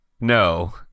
No